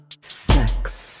sex